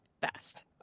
best